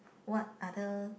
what other